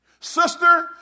Sister